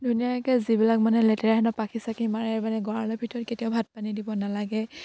ধুনীয়াকে যিবিলাক মানে লেতেৰা ন পাখি চাখি মাৰে মানে গঁৰালৰ ভিতৰত কেতিয়াও ভাত পানী দিব নালাগে